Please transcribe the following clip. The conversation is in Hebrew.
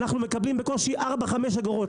אבל אנחנו מקבלים בקושי 4 או 5 אגורות.